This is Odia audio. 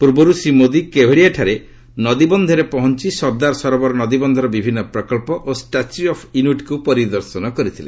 ପୂର୍ବରୁ ଶ୍ରୀ ମୋଦି କାଭେଡିଆଠାରେ ନଦୀବନ୍ଧରେ ପହଞ୍ ସର୍ଦ୍ଦାର ସରୋବର ନଦୀବନ୍ଧର ବିଭିନ୍ନ ପ୍ରକଳ୍ପ ଓ ଷ୍ଟାଚ୍ୟୁ ଅଫ୍ ୟୁନିଟିକୁ ପରିଦର୍ଶନ କରିଥିଲେ